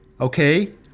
Okay